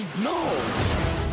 No